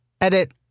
Edit